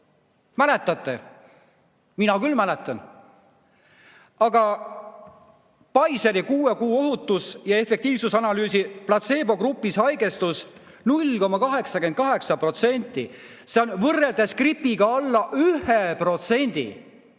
Mäletate? Mina küll mäletan. Aga Pfizeri kuue kuu ohutus- ja efektiivsusanalüüsi platseebogrupis haigestus 0,88%. Seda on võrreldes gripiga alla 1%.